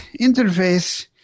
interface